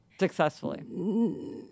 successfully